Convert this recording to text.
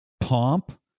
Pomp